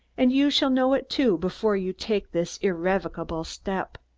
and you shall know it, too, before you take this irrevocable step.